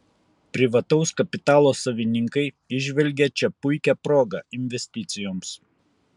privataus kapitalo savininkai įžvelgia čia puikią progą investicijoms